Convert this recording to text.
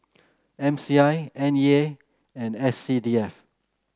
M C I N E A and S C D F